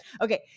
Okay